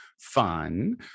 fun